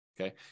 okay